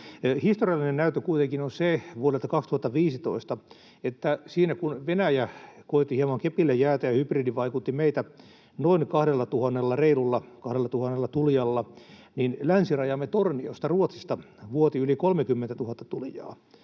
Historiallinen näyttö kuitenkin vuodelta 2015 on se, että kun Venäjä koetti hieman kepillä jäätä ja hybridivaikutti meitä noin reilulla 2 000 tulijalla, niin länsirajamme Torniosta, Ruotsista, vuoti yli 30 000 tulijaa